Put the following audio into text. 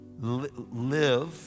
live